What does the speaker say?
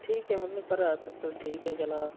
ठीक हे मतलब घरा दा सर्कल ठीक गै चला दा